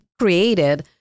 created